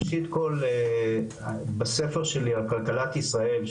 ראשית כל בספר שלי על כלכלת ישראל,